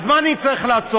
אז מה אני צריך לעשות?